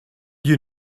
you